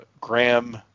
Graham